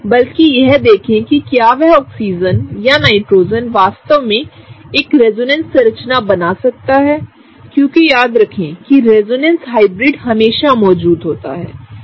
बल्कि यह देखें कि क्या वह ऑक्सीजन या नाइट्रोजन वास्तव में एकरेजोनेंससंरचना बना सकता है क्योंकि याद रखें कि रेजोनेंस हाइब्रिड हमेशा मौजूद होती है सही है